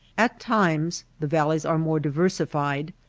at times the valleys are more diversified,